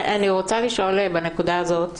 אני רוצה לשאול בנקודה האת.